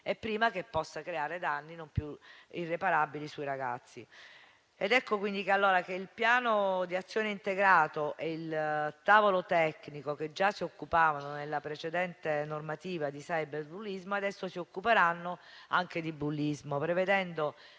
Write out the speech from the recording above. prima che possa creare danni irreparabili sui ragazzi. Ecco quindi che il piano di azione integrato e il tavolo tecnico che già si occupavano nella precedente normativa di cyberbullismo, adesso si occuperanno anche di bullismo, prevedendo